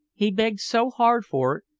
he begged so hard for it,